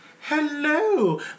Hello